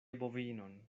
bovinon